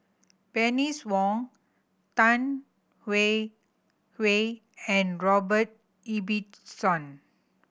Bernice Wong Tan Hwee Hwee and Robert Ibbetson